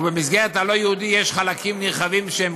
ובמסגרת הלא-יהודי יש חלקים נרחבים שהם